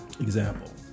Example